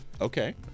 Okay